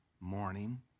Morning